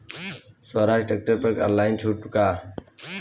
सोहराज tractor पर online छूट बा का?